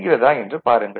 புரிகிறதா என்று பாருங்கள்